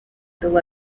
tuvo